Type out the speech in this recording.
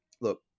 look